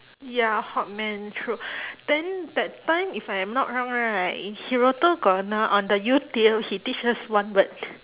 ya hot man true then that time if I am not wrong right he also got another on the youtube he teach us one word